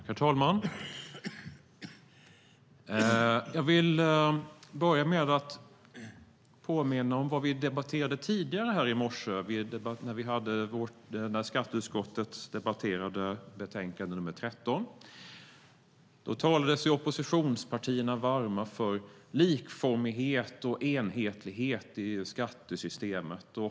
Herr talman! Jag vill börja med att påminna om vad vi debatterade här i morse när vi behandlade skatteutskottets betänkande 13. Då talade oppositionspartierna sig varma för likformighet och enhetlighet i skattesystemet.